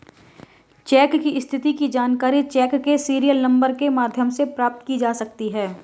check की स्थिति की जानकारी चेक के सीरियल नंबर के माध्यम से प्राप्त की जा सकती है